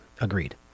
Agreed